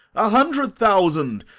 a hundred thousand,